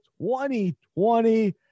2020